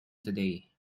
today